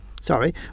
sorry